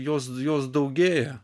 jos jos daugėja